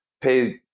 pay